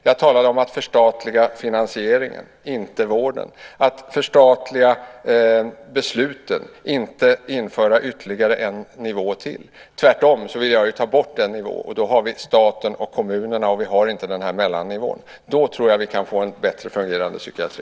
Jag talade om att förstatliga finansieringen, inte vården, och om att förstatliga besluten och inte om att införa en nivå till. Tvärtom vill jag ta bort en nivå, och då har vi staten och kommunerna och inte mellannivån. Då tror jag att vi kan få en bättre fungerande psykiatri.